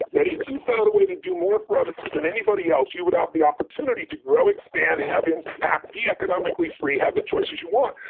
that if you found a way to do more for others but than anybody else, you would have the opportunity to grow, expand, have impact, be economically free, have the choices you want.